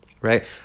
right